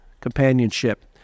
Companionship